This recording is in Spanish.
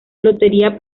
lotería